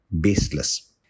baseless